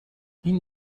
این